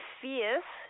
fierce